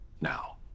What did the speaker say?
now